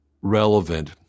relevant